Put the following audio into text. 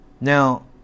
Now